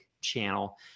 channel